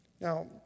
Now